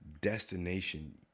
destination